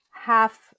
half